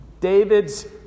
David's